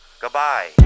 goodbye